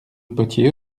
potier